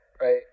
Right